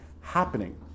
happening